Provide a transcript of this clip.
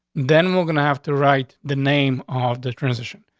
then we're gonna have to write the name off the transition.